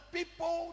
people